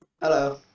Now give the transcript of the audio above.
Hello